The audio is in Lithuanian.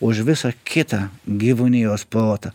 už visą kitą gyvūnijos protą